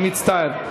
אני מצטער.